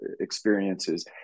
experiences